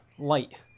light